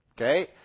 Okay